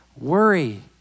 worry